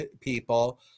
people